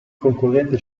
concorrente